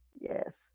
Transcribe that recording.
yes